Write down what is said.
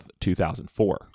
2004